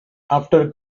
after